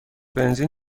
بنزین